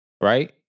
right